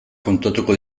kontatuko